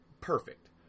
perfect